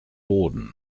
boden